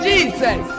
Jesus